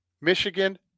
Michigan